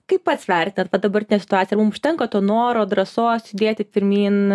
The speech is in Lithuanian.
kaip pats vertinat va dabartinę situaciją ar mum užtenka to noro drąsos judėti pirmyn